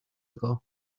ago